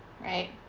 right